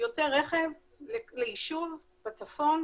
יוצא רכב ליישוב בצפון.